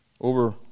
Over